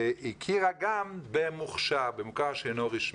והכירה גם במוכש"ר, במוכר שאינו רשמי.